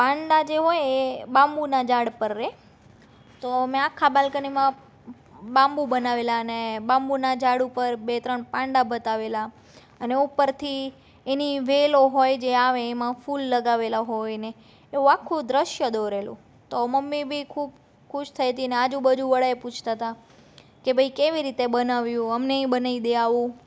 પાંડા જે હોય એ બામ્બુના ઝાડ પર રહે તો મેં આખા બાલ્કનીમાં બામ્બુ બનાવેલા અને બામ્બુના ઝાડ ઉપર બે ત્રણ પાંડા બતાવેલા અને ઉપરથી એની જે વેલો હોય જે આવે એમાં ફૂલ લગાવેલા હોય અને એવું આખું દ્રશ્ય દોરેલું તો મમ્મી બી ખૂબ ખુશ થઈ હતી અને આજુબાજુવાળા બી પૂછતા હતા કે ભઈ કેવી રીતે બનાવ્યું અમનેય બનાવી દે આવું